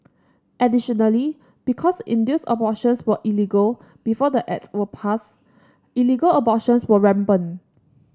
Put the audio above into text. additionally because induced abortions were illegal before the Act was passed illegal abortions were rampant